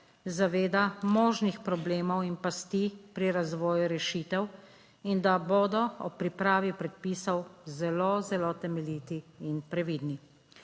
zaveda možnih problemov in pasti pri razvoju rešitev in da bodo ob pripravi predpisov zelo, zelo temeljiti in previdni.